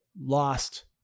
lost